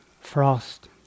frost